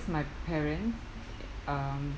my parents um